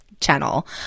channel